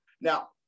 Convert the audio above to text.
Now